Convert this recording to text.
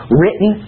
written